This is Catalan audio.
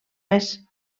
més